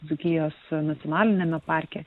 dzūkijos nacionaliniame parke